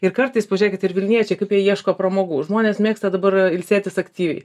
ir kartais pažiūrėkit ir vilniečiai kaip jie ieško pramogų žmonės mėgsta dabar ilsėtis aktyviai